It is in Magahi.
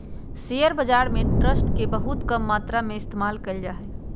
शेयर बाजार में ट्रस्ट के बहुत कम मात्रा में इस्तेमाल कइल जा हई